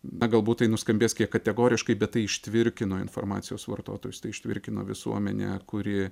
galbūt tai nuskambės kiek kategoriškai bet tai ištvirkino informacijos vartotojus tai ištvirkino visuomenę kuri